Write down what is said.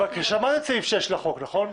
שמעת את סעיף 6 לחוק, נכון?